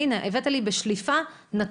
והנה, הבאת לי בשליפה נתון.